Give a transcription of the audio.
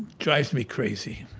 drives me crazy.